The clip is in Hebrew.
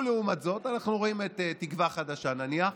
ולעומת זאת אנחנו רואים את תקווה חדשה, נניח,